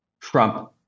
Trump